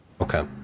Okay